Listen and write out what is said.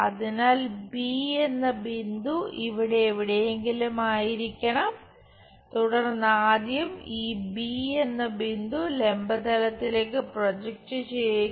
അതിനാൽ ബി എന്ന ബിന്ദു ഇവിടെ എവിടെയെങ്കിലും ആയിരിക്കണം തുടർന്ന് ആദ്യം ഈ ബി എന്ന ബിന്ദു ലംബ തലത്തിലേക്ക് പ്രോജക്റ്റ് ചെയ്യുക